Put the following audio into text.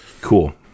Cool